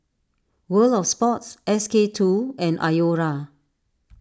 World of Sports S K two and Iora